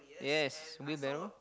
yes wheel barrow